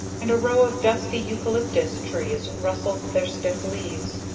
and a row of dusty eucalyptus trees rustled their stiff leaves,